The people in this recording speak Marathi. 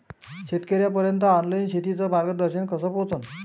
शेतकर्याइपर्यंत ऑनलाईन शेतीचं मार्गदर्शन कस पोहोचन?